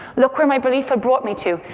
look where my belief had brought me to.